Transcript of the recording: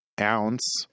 ounce